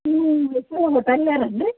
ನೀವು ಹೊಯ್ಸಳ ಹೋಟೆಲ್ನವ್ರ್ ಏನು ರೀ